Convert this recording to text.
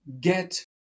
get